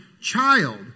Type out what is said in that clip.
child